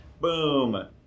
Boom